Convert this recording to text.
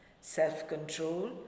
self-control